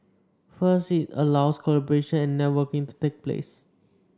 firstly it allows collaboration and networking to take place